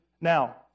Now